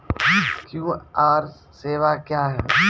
QR सेवा क्या हैं?